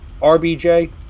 RBJ